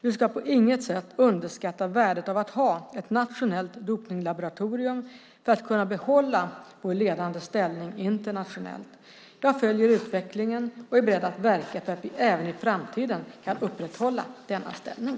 Vi ska på inget sätt underskatta värdet av att ha ett nationellt dopningslaboratorium för att kunna behålla vår ledande ställning internationellt. Jag följer utvecklingen och är beredd att verka för att vi även i framtiden kan upprätthålla denna ställning.